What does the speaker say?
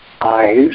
eyes